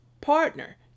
partner